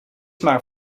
maar